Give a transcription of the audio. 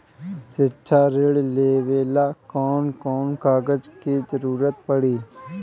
शिक्षा ऋण लेवेला कौन कौन कागज के जरुरत पड़ी?